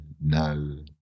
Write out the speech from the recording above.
no